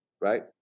right